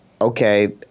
okay